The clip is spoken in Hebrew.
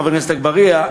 חבר הכנסת אגבאריה,